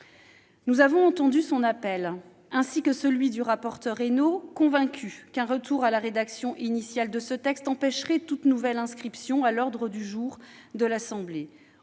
Nous avons entendu son appel, ainsi que celui du rapporteur Olivier Henno, et nous sommes convaincus qu'un retour à la rédaction initiale de ce texte empêcherait toute nouvelle inscription à l'ordre du jour de l'Assemblée